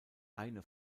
eine